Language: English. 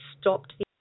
stopped